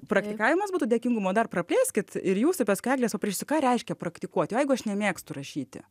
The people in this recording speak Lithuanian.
praktikavimas būtų dėkingumo dar praplėskit ir jūs o paskui eglės paprašysiu ką reiškia praktikuoti o jeigu aš nemėgstu rašyti